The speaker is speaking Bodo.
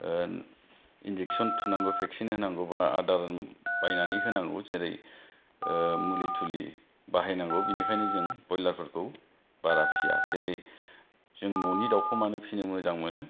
इनजेक्सन थुनांगौ भेक्सिन होनांगौ बा आदार बायनानै होनांगौ जेरै मुलि थुलि बाहायनांगौ बेनिखायनो जों कयलारफोरखौ बारा फिसिया जेरै जों न'नि दाउखौ मानो फिसिनो मोजां मोनो